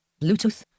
Bluetooth